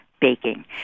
baking